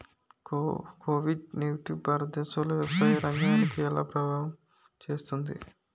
Covid nineteen భారతదేశంలోని వ్యవసాయ రంగాన్ని ఎలా ప్రభావితం చేస్తుంది?